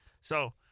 So-